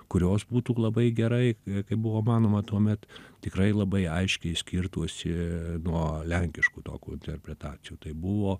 kurios būtų labai gerai kaip buvo manoma tuomet tikrai labai aiškiai skirtųsi nuo lenkiškų tokių interpretacijų tai buvo